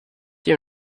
your